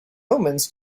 omens